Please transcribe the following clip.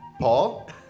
Paul